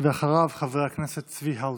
אחריו, חבר הכנסת צבי האוזר.